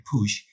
push